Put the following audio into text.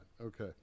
Okay